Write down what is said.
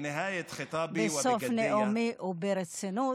בסוף נאומי, וברצינות: